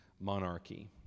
monarchy